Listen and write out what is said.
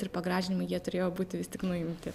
ir pagražinimai jie turėjo būti vis tik nuimti